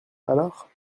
alors